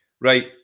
Right